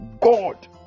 God